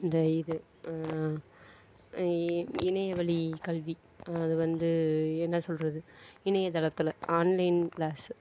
இந்த இது இணையவழி கல்வி அது வந்து என்ன சொல்கிறது இணையதளத்தில் ஆன்லைன் கிளாஸ்சு